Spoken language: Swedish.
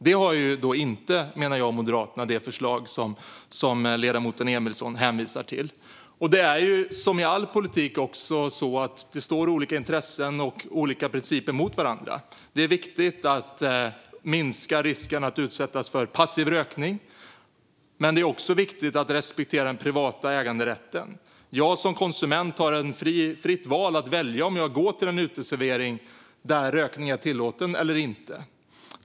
Det har inte det förslag som ledamoten Emilsson hänvisar till, menar jag och Moderaterna. Som i all politik står olika intressen och olika principer mot varandra. Det är viktigt att minska risken att utsättas för passiv rökning. Men det är också viktigt att respektera den privata äganderätten. Jag som konsument har ett fritt val att gå till en uteservering där rökning är tillåten eller inte.